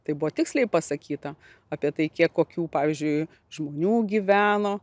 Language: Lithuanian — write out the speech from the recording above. tai buvo tiksliai pasakyta apie tai kiek kokių pavyzdžiui žmonių gyveno